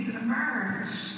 emerge